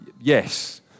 Yes